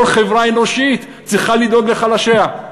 כל חברה אנושית צריכה לדאוג לחלשיה,